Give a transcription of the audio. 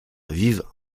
vivent